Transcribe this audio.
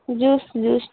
juice juice